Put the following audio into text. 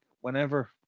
whenever